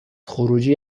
خروجی